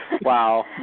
Wow